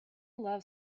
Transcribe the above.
love